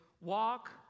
walk